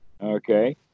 Okay